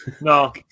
no